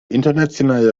internationale